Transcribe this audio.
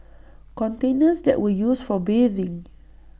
containers that were used for bathing